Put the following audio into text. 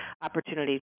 opportunity